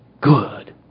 good